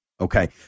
Okay